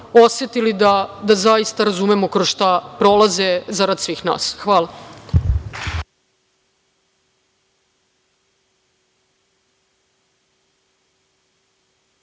osetili da zaista razumemo kroz šta prolaze zarad svih nas. Hvala.